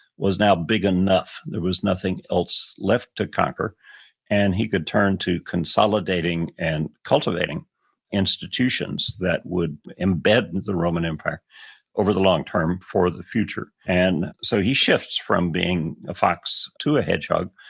was now big enough. there was nothing else left to conquer and he could turn to consolidating and cultivating institutions that would embed and the roman empire over the longterm longterm for the future and so he shifts from being a fox to a hedgehog,